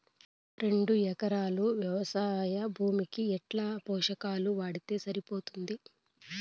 రెండు ఎకరాలు వ్వవసాయ భూమికి ఎట్లాంటి పోషకాలు వాడితే సరిపోతుంది?